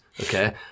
okay